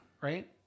Right